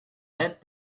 that